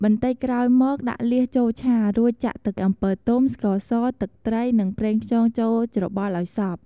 បន្តិចក្រោយមកដាក់លៀសចូលឆា រួចចាក់ទឹកអំពិលទុំ ស្ករស ទឹកត្រី និងប្រេងខ្យងចូលច្របល់ឱ្យសព្វ។